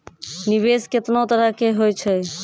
निवेश केतना तरह के होय छै?